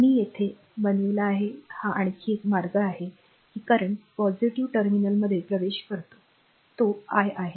मी येथे बनविला आहे हा आणखी एक मार्ग आहे की current positive टर्मिनलमध्ये प्रवेश करतो तो I आहे